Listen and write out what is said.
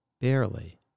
barely